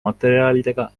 materjalidega